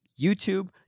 YouTube